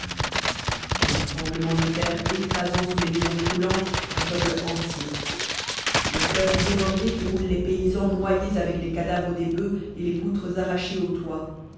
le tremblement de terre écrasant sous les maisons croulantes un peuple entier le fleuve débordé qui roule les paysans noyés avec les cadavres des boeufs et les poutres arrachées aux toits